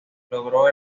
logró